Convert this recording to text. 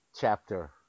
chapter